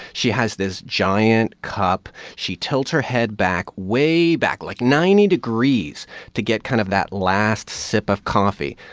she has this giant cup. she tells her head back, way back like ninety degrees to get kind of that last sip of coffee.